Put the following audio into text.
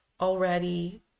already